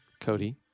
Cody